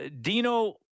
Dino